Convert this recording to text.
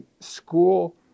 school